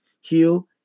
heal